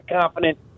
confident